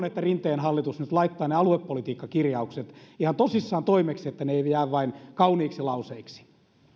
että rinteen hallitus nyt laittaa ne aluepolitiikkakirjaukset ihan tosissaan toimeksi että ne eivät jää vain kauniiksi lauseiksi